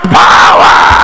power